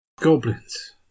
goblins